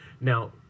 Now